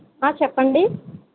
చెప్పండి